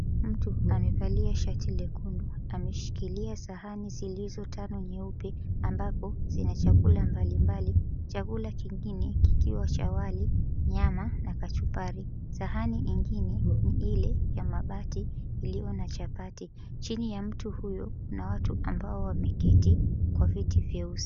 Mtu amevalia shati lekundu ameahikilia sahani zilizo tano nyeupe ambapo zina chakula mbalimbali. Chakula kingine nyingi kikiwa cha wali, nyama na kachumbari. Sahani nyingine ni ile ya mabati iliyo na chapati. Chini ya mtu huyu kuna ambao wameketi kwa viti vieusi.